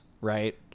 right